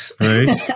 Right